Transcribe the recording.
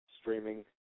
streaming